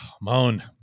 Moan